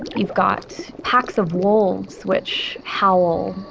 you've got packs of wolves which howl.